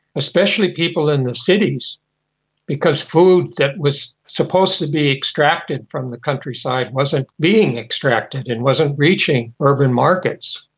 especially people in the cities because food that was supposed to be extracted from the countryside wasn't being extracted and wasn't reaching urban markets.